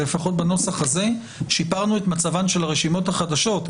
לפחות בנוסח הזה שיפרנו את מצבן של הרשימות החדשות,